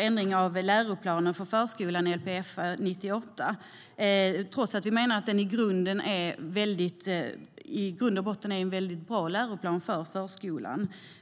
en ändring av läroplanen för förskolan, Lpfö 98, trots att vi menar att den i grund och botten är en väldigt bra läroplan för förskolan.